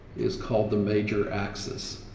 is called the major axis.